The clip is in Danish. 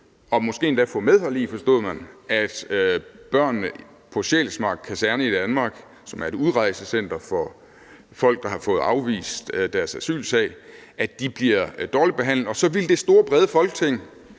og måske endda få medhold i, forstod man, at børnene på Sjælsmark Kaserne i Danmark, som er et udrejsecenter for folk, der har fået afvist deres asylsag, bliver dårligt behandlet, og så ville det store, brede flertal